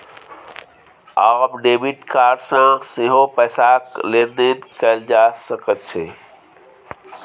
आब debit card सँ सेहो पैसाक लेन देन कैल जा सकैत छै